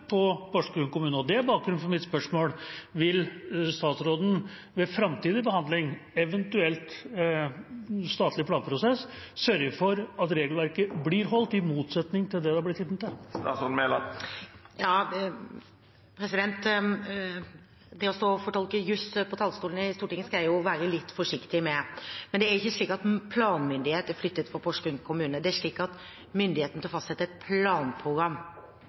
Porsgrunn kommune, men tvert imot over hodet på Porsgrunn kommune. Det er bakgrunnen for mitt spørsmål: Vil statsråden ved framtidig behandling, eventuelt statlig planprosess, sørge for at regelverket blir fulgt, i motsetning til det det har blitt hittil? Det å stå og fortolke jus fra talerstolen i Stortinget skal jeg være litt forsiktig med, men det er ikke slik at planmyndighet er flyttet fra Porsgrunn kommune. Det er slik at myndigheten til å fastsette et planprogram